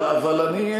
אבל אני,